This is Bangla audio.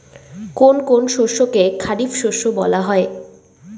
কোন কোন শস্যকে খারিফ শস্য বলা হয়?